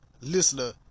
listener